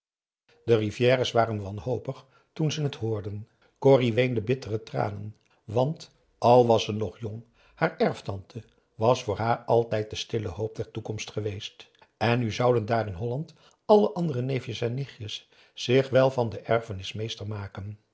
de rivières waren wanhopig toen ze het hoorden corrie weende bittere tranen want al was ze nog jong haar erftante was voor haar altijd de stille hoop der p a daum hoe hij raad van indië werd onder ps maurits toekomst geweest en nu zouden daar in holland alle andere neefjes en nichtjes zich wel van de erfenis meester maken